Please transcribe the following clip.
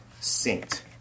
saint